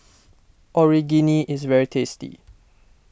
Onigiri is very tasty